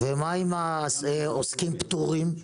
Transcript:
מה עם העוסקים הפטורים?